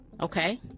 okay